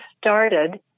started